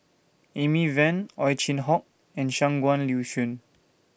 Amy Van Ow Chin Hock and Shangguan Liuyun